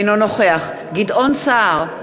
אינו נוכח גדעון סער,